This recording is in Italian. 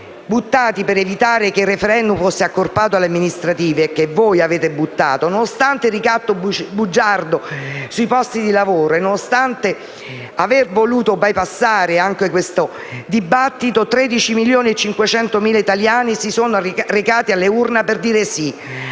buttati per evitare che il *referendum* fosse accorpato alle amministrative - voi li avete buttati - nonostante il ricatto bugiardo sui posti di lavoro e nonostante aver voluto bypassare anche questo dibattito, 13,5 milioni di italiani si sono recati alle urne per dire sì